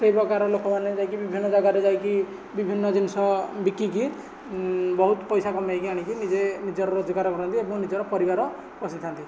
ସେହି ପ୍ରକାରର ଲୋକମାନେ ଯାଇକି ବିଭିନ୍ନ ଜାଗାରେ ଯାଇକି ବିଭିନ୍ନ ଜିନିଷ ବିକିକି ବହୁତ ପଇସା କମେଇକି ଆଣିକି ନିଜେ ନିଜର ରୋଜଗାର କରନ୍ତି ଏବଂ ନିଜର ପରିବାର ପୋଷିଥାନ୍ତି